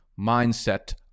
mindset